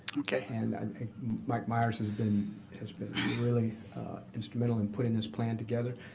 and and mike myers has been has been really instrumental in putting this plan together,